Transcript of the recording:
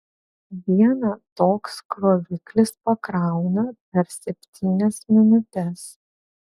vieną toks kroviklis pakrauna per septynias minutes